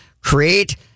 Create